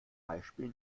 beispiel